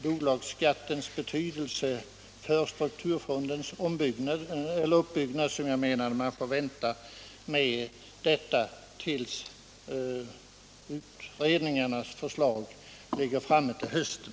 Bolagsskattens betydelse för strukturfondens uppbyggnad får vi vänta med att diskutera tills utredningens förslag kommer fram på hösten.